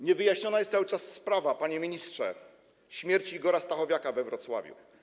Niewyjaśniona jest cały czas sprawa, panie ministrze, śmierci Igora Stachowiaka we Wrocławiu.